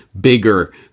bigger